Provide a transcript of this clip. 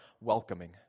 welcoming